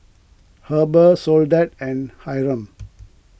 Heber Soledad and Hyrum